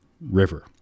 River